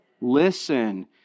listen